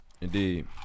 Indeed